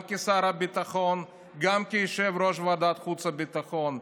גם כשר הביטחון וגם כיושב-ראש ועדת החוץ והביטחון: